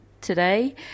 today